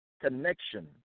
connection